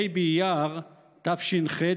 ה' באייר תש"ח,